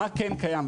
מה כן קיים,